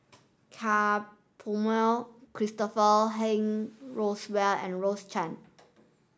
Ka Perumal Christopher Henry Rothwell and Rose Chan